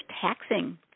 taxing